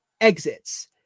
exits